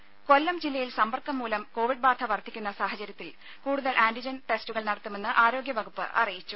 രുമ കൊല്ലം ജില്ലയിൽ സമ്പർക്കംമൂലം കോവിഡ് ബാധ വർദ്ധിക്കുന്ന സാഹചര്യത്തിൽ കൂടുതൽ ആന്റിജൻ ടെസ്റ്റുകൾ നടത്തുമെന്ന് ആരോഗ്യവകുപ്പ് അറിയിച്ചു